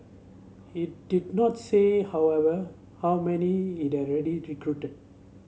it did not say however how many it had already recruited